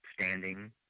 standing